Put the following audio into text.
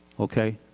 okay,